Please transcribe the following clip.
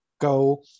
Go